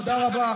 תודה רבה.